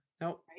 No